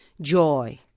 joy